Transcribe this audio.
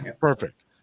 Perfect